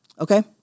Okay